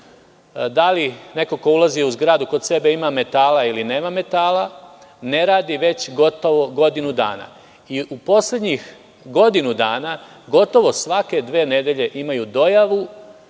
da li neko ko ulazi u zgradu kod sebe ima metala ili nema metala, ne radi već gotovo godinu dana. U poslednjih godinu dana, gotovo svake dve nedelje imaju dojavu